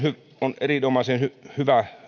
on erinomaisen hyvä